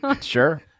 Sure